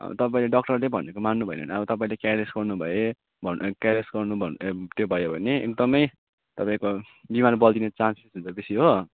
अब तपाईँले डक्टरले भनेको मान्नु भएन भने अब तपाईँले क्यारलेस गर्नु भयो ए क्यारलेस गर्नु त्यो भयो भने एकदमै तपाईँको बिमार बल्झिने चान्स हुन्छ बेसी हो